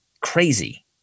crazy